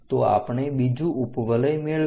આપણે બીજું ઉપવલય મેળવીશું